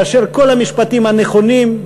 מאשר כל המשפטים הנכונים,